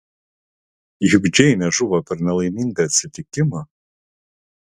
juk džeinė žuvo per nelaimingą atsitikimą